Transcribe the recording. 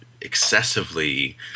excessively